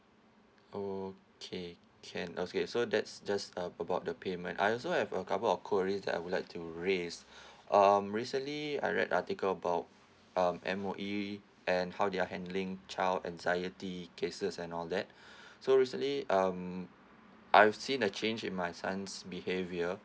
okay can okay so that's just about the payment I also have a couple of queries that I would like to raise um recently I read article about um M_O_E and how they're handling child anxiety cases and all that so recently um I've seen a change in my son's behavior